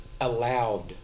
allowed